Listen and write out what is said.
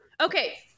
okay